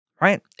Right